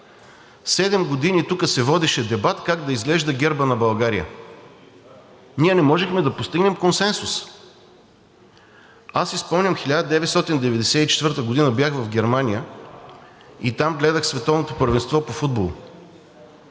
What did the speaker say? Седем години тук се водеше дебат как да изглежда гербът на България. Ние не можехме да постигнем консенсус. Аз си спомням, 1994 г. бях в Германия и там гледах Световното първенство по футбол.